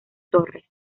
torres